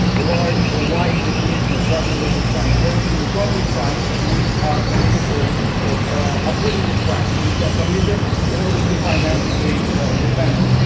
large, ah wide definition of drug-related crimes. for instance, economic crimes which are committed so acquisitive crimes which are committed in order to finance the dependence.